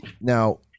now